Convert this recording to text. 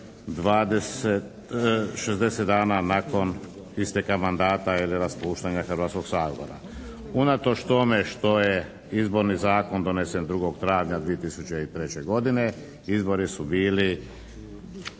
60 dana nakon isteka mandata ili raspuštanja Hrvatskog sabora. Unatoč tome što je Izborni zakon donesen 2. travnja 2003. godine izbori su bili